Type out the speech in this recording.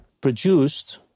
produced